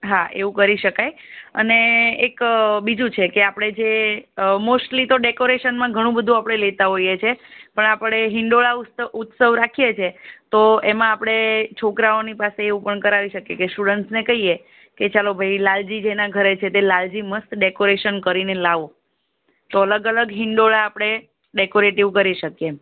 હાં એવું કરી શકાય અને એક બીજું છે કે આપણે જે મોસ્ટલી તો ડેકોરેશનમાં તો ઘણું બધું આપણે લેતા હોઈએ છે પણ આપણે હિંડોળા ઉત્સવ રાખીએ છે તો એમાં આપણે છોકરાઓની પાસે એવું પણ કરાવી શકીએ કે સ્ટુડન્ટને કહીએ કે ચાલો ભાઈ લાલજી જેના ઘરે છે તે લાલજી મસ્ત ડેકોરેશન કરીને લાવો તો અલગ અલગ હિંડોળા આપણે ડેકોરેટિવ કરી શકીએ એમ